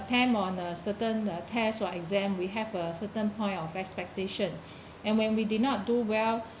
attend on a certain the test or exam we have a certain point of expectation and when we did not do well